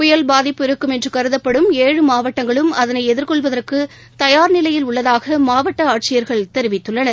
புயல் பாதிப்பு இருக்கும் என்று கருதப்படும் ஏழு மாவட்டங்களும் அதனை எதிர்கொள்வதற்கு தயார் நிலையில் உள்ளதாக மாவட்ட ஆட்சியர் தெரிவித்தள்ளனர்